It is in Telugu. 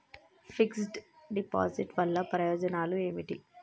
ఫిక్స్ డ్ డిపాజిట్ వల్ల ప్రయోజనాలు ఏమిటి?